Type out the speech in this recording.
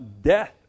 death